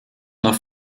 noch